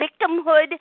victimhood